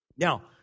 Now